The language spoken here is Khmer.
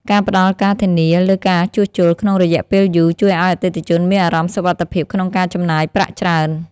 ការផ្តល់ការធានាលើការជួសជុលក្នុងរយៈពេលយូរជួយឱ្យអតិថិជនមានអារម្មណ៍សុវត្ថិភាពក្នុងការចំណាយប្រាក់ច្រើន។